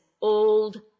old